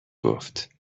گفت